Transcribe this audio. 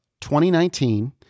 2019